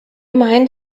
mind